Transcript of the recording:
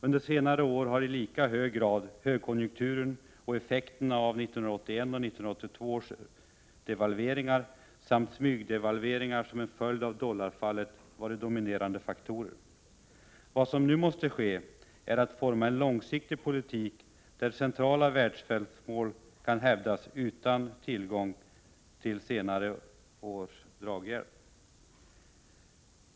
Under senare år har i lika hög grad högkonjunkturen och effekterna av 1981 och 1982 års devalveringar samt smygdevalveringar som en följd av dollarfallet varit dominerande faktorer. Vad som nu måste ske är att vi formar en långsiktig politik, där centrala välfärdsmål kan hävdas utan tillgång till de senare årens draghjälp.